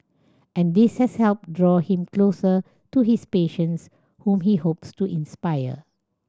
and this has helped draw him closer to his patients whom he hopes to inspire